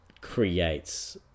creates